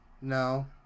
No